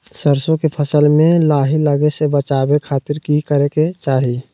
सरसों के फसल में लाही लगे से बचावे खातिर की करे के चाही?